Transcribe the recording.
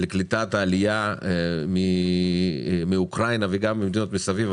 לקליטת העלייה מאוקראינה וגם ממדינות מסביב,